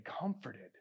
comforted